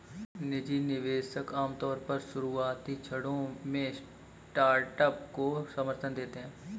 निजी निवेशक आमतौर पर शुरुआती क्षणों में स्टार्टअप को समर्थन देते हैं